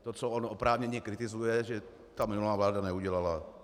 To, co on oprávněně kritizuje, že ta minulá vláda neudělala.